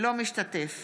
משתתף